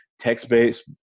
text-based